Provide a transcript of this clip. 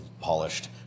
polished